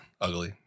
ugly